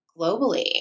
globally